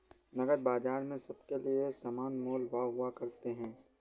नकद बाजार में सबके लिये समान मोल भाव हुआ करते हैं